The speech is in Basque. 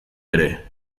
ere